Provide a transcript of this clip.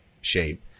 shape